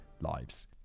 lives